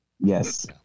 Yes